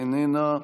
איננה,